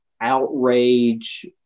outrage